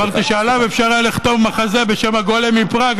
אמרתי שעליו אפשר היה לכתוב מחזה בשם "הגולם מפראג",